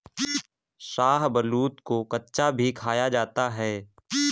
शाहबलूत को कच्चा भी खाया जा सकता है